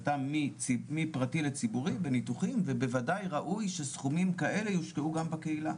מפרטי לציבורי בניתוחים וודאי ראוי שסכומים כאלה יושקעו גם בקהילה.